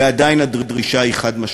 ועדיין הדרישה היא חד-משמעית: